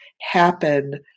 happen